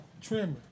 trimmer